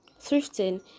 Thrifting